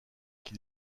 qui